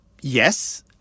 Yes